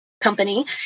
company